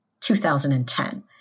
2010